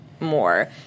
more